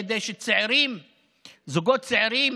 כדי שזוגות צעירים